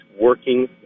working